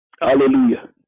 hallelujah